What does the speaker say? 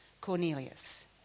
Cornelius